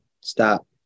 stop